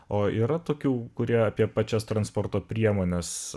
o yra tokių kurie apie pačias transporto priemones